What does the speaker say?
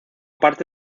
parte